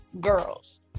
girls